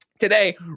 Today